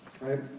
right